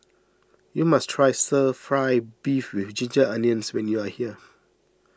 you must try Stir Fry Beef with Ginger Onions when you are here